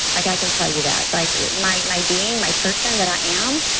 like i can tell you that like my my being, my person that i am,